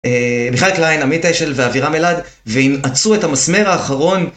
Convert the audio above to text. מיכאל קלין, עמית אשל, ואברם אלעד והנעצו את המסמר האחרון